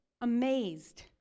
amazed